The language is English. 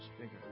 bigger